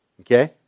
Okay